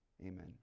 Amen